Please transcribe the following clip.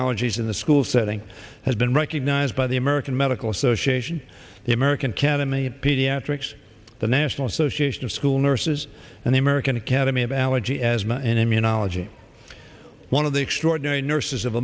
allergies in the school setting has been recognized by the american medical association the american academy of pediatrics the national association of school nurses and the american academy of allergy asthma and immunology one of the extraordinary nurses of